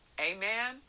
amen